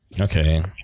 okay